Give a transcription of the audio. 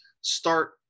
Start